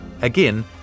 Again